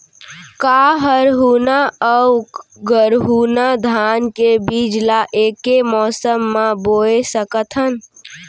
का हरहुना अऊ गरहुना धान के बीज ला ऐके मौसम मा बोए सकथन?